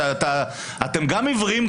אתם גם עיוורים,